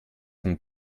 von